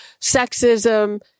sexism